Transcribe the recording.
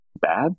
bad